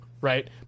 right